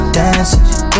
dancing